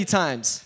times